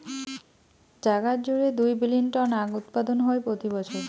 জাগাত জুড়ে দুই বিলীন টন আখউৎপাদন হই প্রতি বছর